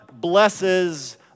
blesses